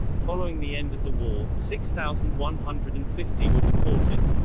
following the end of the war, six thousand one hundred and fifty were deported.